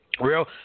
Real